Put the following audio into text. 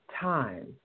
time